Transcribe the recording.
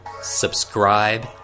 subscribe